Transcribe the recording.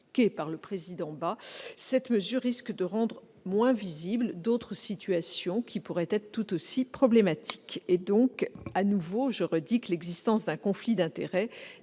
Merci